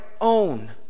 own